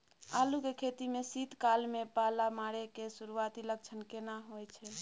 आलू के खेती में शीत काल में पाला मारै के सुरूआती लक्षण केना होय छै?